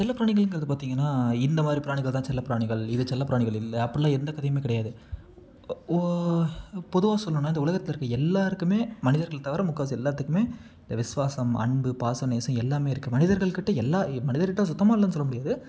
செல்லப்பிராணிகள்ங்கிறது பார்த்தீங்கன்னா இந்த மாதிரி பிராணிகள் தான் செல்ல பிராணிகள் இது செல்லப்பிராணிகள் இல்லை அப்படிலாம் எந்த கதையுமே கிடையாது ஒ பொதுவாக சொல்லணுன்னா இந்த உலகத்தில் இருக்கற எல்லோருக்குமே மனிதர்கள் தவிர முக்கால்வாசி எல்லாத்துக்குமே இந்த விஸ்வாசம் அன்பு பாசம் நேசம் எல்லாமே இருக்குது மனிதர்கள்கிட்ட எல்லா மனிதர்கிட்ட சுத்தமாக இல்லைன்னு சொல்ல முடியாது